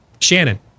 Shannon